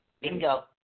Bingo